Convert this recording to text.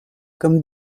comme